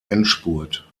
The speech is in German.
endspurt